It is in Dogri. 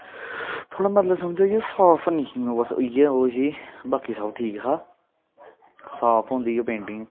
थोह्ड़ा मतलब समझ आई गेआ साफ ऐनी ही बस इ'यै ओह् ही बाकी सब ठीक हा साफ होंदी गै पेंटिंग